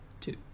Two